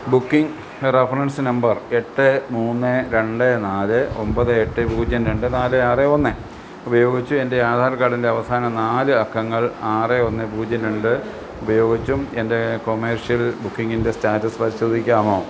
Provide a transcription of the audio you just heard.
booking reference number എട്ട് മൂന്ന് രണ്ട് നാല് ഒൻപത് എട്ട് പൂജ്യം രണ്ട് നാല് ആറ് ഒന്ന് ഉപയോഗിച്ച് എൻ്റെ ആധാർ കാർഡിൻ്റെ അവസാന നാല് അക്കങ്ങൾ ആറ് ഒന്ന് പൂജ്യം രണ്ട് ഉപയോഗിച്ചും എൻ്റെ കൊമേർഷ്യൽ ബുക്കിംഗിൻ്റെ സ്റ്റാറ്റസ് പരിശോധിക്കാമോ